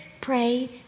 pray